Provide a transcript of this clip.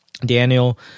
Daniel